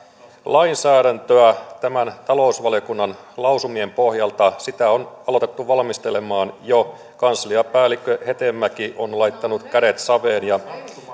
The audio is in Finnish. lainsäädäntöä talousvaliokunnan lausumien pohjalta on aloitettu valmistelemaan jo kansliapäällikkö hetemäki on laittanut kädet saveen ja